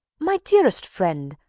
my dearest friend,